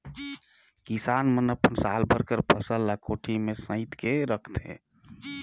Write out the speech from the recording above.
किसान मन अपन साल भर बर फसल ल कोठी में सइत के रखथे